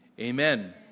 Amen